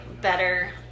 better